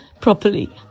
properly